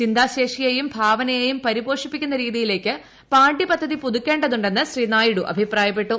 ചിന്താശേഷിയെയും ഭാവനയേയും പരിപ്യൂഷിക്കുന്ന രീതിയിലേക്ക് പാഠ്യപദ്ധതി പുതുക്കേണ്ടതുണ്ടെന്ന് ശ്രീക്ടിരിയി്ഡു അഭിപ്രായപ്പെട്ടു